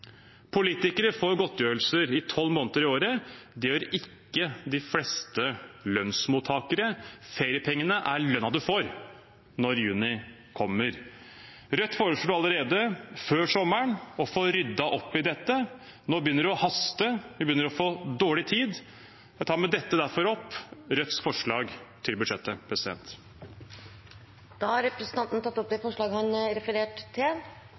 Politikere får godtgjørelse tolv måneder i året. Det gjør ikke de fleste lønnsmottakere. Feriepengene er lønnen man får når juni kommer. Rødt foreslo allerede før sommeren å få ryddet opp i dette. Nå begynner det å haste, vi begynner å få dårlig tid. Jeg tar med dette opp Rødts forslag til budsjettet. Representanten Bjørnar Moxnes har tatt opp de forslagene han refererte til.